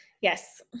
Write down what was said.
Yes